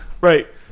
Right